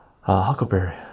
Huckleberry